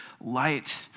light